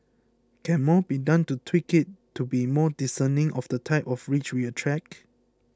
can more be done to tweak it to be more discerning of the type of rich we attract